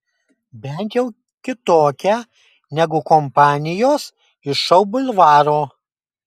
bent jau kitokia negu kompanijos iš šou bulvaro